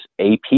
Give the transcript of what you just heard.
AP